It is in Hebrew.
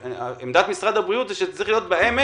כי עמדת משרד הבריאות היא שזה צריך להיות בעמק,